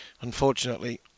Unfortunately